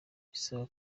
bisaba